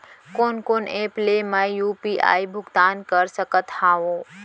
कोन कोन एप ले मैं यू.पी.आई भुगतान कर सकत हओं?